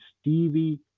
Stevie